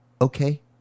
Okay